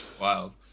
Wild